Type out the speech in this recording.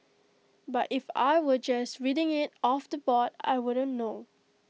but if I were just reading IT off the board I wouldn't know